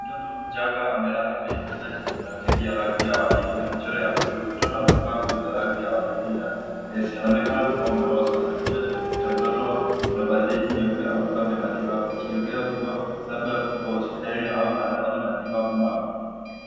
Mtoto mchanga amelala kwenye kitanda chenye blanketi ya rangi ya waridi na michoro ya buluu. Mtoto amevaa nguo za rangi ya waridi na nesi. Anaonekana kuwa mdogo sana. Kichwa cha mtoto kuna barizi nyeupe au vifaa vya matibabu ikionyesha kuwa labda ako hospitali au anapata matibabu maalumu.